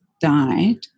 died